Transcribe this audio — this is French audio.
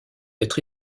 être